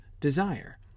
desire